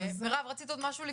מירב, רצית עוד משהו?